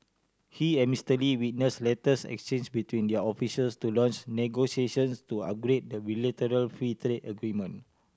he and Mister Lee witnessed letters exchanged between their officials to launch negotiations to upgrade the bilateral free trade agreement